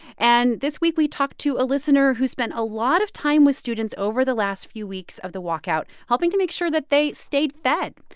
and this week, we talked to a listener who spent a lot of time with students over the last few weeks of the walkout, helping to make sure that they stayed fed.